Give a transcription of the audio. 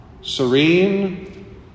serene